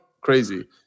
crazy